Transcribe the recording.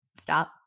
Stop